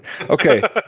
Okay